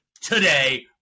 today